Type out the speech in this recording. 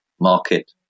market